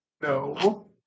No